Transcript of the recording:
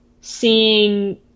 seeing